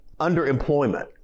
underemployment